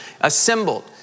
assembled